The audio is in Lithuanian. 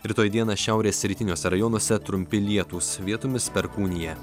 rytoj dieną šiaurės rytiniuose rajonuose trumpi lietūs vietomis perkūnija